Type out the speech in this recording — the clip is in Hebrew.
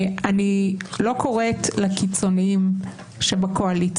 אני לא קוראת לקיצונים שבקואליציה,